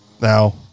Now